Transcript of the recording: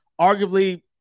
Arguably